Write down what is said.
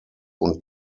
und